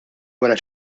wara